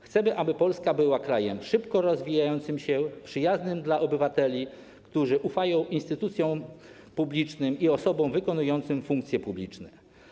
Chcemy, aby Polska była krajem szybko rozwijającym się, przyjaznym obywatelom, którzy ufają instytucjom publicznym i osobom wykonującym funkcje publiczne.